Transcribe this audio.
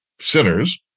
sinners